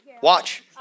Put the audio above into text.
Watch